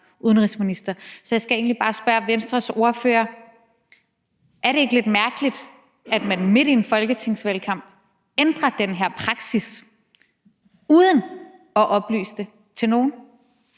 Så jeg skal egentlig bare spørge Venstres ordfører: Er det ikke lidt mærkeligt, at man midt i en folketingsvalgkamp ændrer den her praksis uden at oplyse det til nogen?